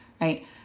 right